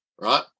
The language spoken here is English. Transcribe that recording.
right